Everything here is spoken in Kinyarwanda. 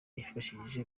yifashishije